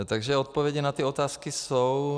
Takže odpovědi na ty otázky jsou.